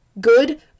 good